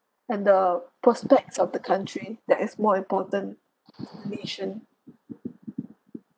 and the prospects of the country that is more important for the nation